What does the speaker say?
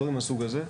דברים מהסוג הזה.